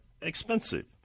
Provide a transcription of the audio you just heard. expensive